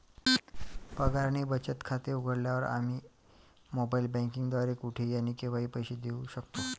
पगार आणि बचत खाते उघडल्यावर, आम्ही मोबाइल बँकिंग द्वारे कुठेही आणि केव्हाही पैसे देऊ शकतो